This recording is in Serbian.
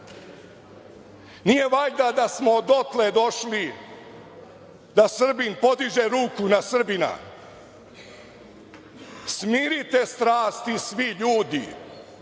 Nije valjda da smo dotle došli da Srbin podiže ruku na Srbina? Smirite strasti svi ljudi,